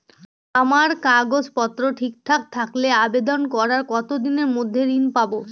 আমার কাগজ পত্র সব ঠিকঠাক থাকলে আবেদন করার কতদিনের মধ্যে ঋণ পাব?